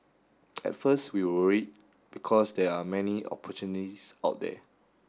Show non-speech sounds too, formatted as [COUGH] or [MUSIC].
[NOISE] at first we were worried because there are many opportunists out there